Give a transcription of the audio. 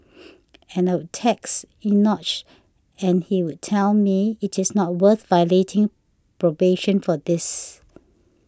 but I'd text Enoch and he'd tell me it is not worth violating probation for this